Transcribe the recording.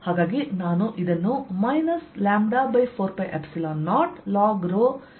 ಆದ್ದರಿಂದ ನಾನು ಇದನ್ನು λ4π0 log ಎಂದು ಬರೆಯಬಹುದು